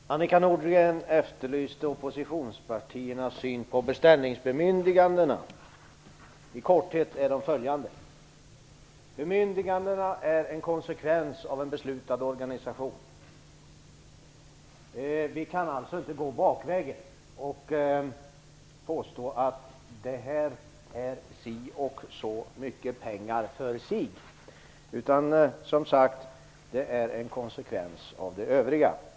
Fru talman! Annika Nordgren efterlyste oppositionspartiernas syn på beställningsbemyndigandena. I korthet är de följande: Bemyndigandena är en konsekvens av en beslutad organisation. Vi kan alltså inte gå bakvägen och påstå att det handlar om si och så mycket pengar, utan de är som sagt en konsekvens av det övriga.